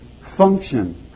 function